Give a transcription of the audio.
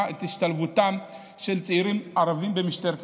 את השתלבותם של צעירים ערבים במשטרת ישראל.